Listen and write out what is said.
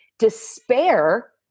despair